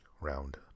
round